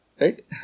Right